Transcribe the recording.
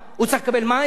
הוא צריך לקבל מים,